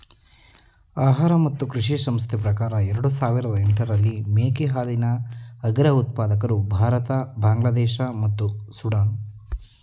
ಆಹಾರ ಮತ್ತು ಕೃಷಿ ಸಂಸ್ಥೆ ಪ್ರಕಾರ ಎರಡು ಸಾವಿರದ ಎಂಟರಲ್ಲಿ ಮೇಕೆ ಹಾಲಿನ ಅಗ್ರ ಉತ್ಪಾದಕರು ಭಾರತ ಬಾಂಗ್ಲಾದೇಶ ಮತ್ತು ಸುಡಾನ್